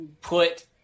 Put